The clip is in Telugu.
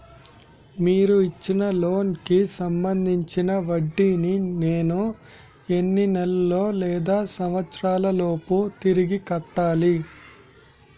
మీరు ఇచ్చిన లోన్ కి సంబందించిన వడ్డీని నేను ఎన్ని నెలలు లేదా సంవత్సరాలలోపు తిరిగి కట్టాలి?